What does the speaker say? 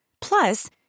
Plus